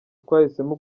twahisemo